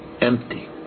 empty